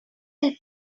help